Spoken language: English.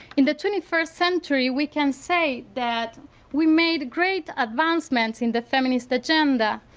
in the twenty first century we can say that we made great advancements in the feminist agenda.